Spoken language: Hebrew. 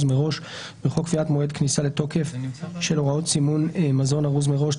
מראש בחוק קביעת מועד כניסה לתוקף של הוראות סימון מזון ארוז מראש,